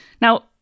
Now